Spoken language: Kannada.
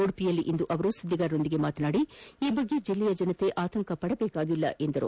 ಉಡುಪಿಯಲ್ಲಿಂದು ಸುದ್ದಿಗಾರರೊಂದಿಗೆ ಮಾತನಾಡಿದ ಅವರು ಈ ಬಗ್ಗೆ ಜಿಲ್ಲೆಯ ಜನತೆ ಆತಂಕ ಪಡಬೇಕಿಲ್ಲ ಎಂದರು